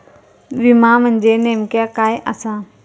विमा म्हणजे नेमक्या काय आसा?